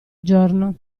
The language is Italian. giorno